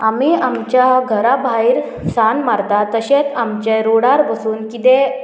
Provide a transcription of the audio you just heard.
आमी आमच्या घरा भायर सान मारता तशेंच आमचे रोडार बसून कितें